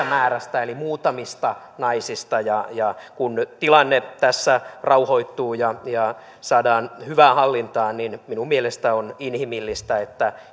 määrästä eli muutamista naisista ja ja kun tilanne tässä rauhoittuu ja ja saadaan hyvään hallintaan niin minun mielestäni on inhimillistä että